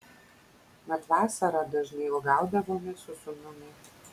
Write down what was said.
mat vasarą dažnai uogaudavome su sūnumi